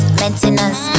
maintenance